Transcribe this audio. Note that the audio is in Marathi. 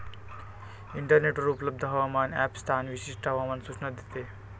इंटरनेटवर उपलब्ध हवामान ॲप स्थान विशिष्ट हवामान सूचना देते